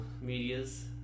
medias